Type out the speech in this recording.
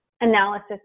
analysis